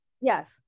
yes